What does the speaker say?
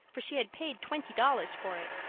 for she had paid twenty dollars for it.